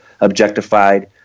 objectified